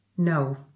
No